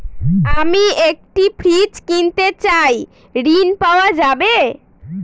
আমি একটি ফ্রিজ কিনতে চাই ঝণ পাওয়া যাবে?